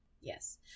Yes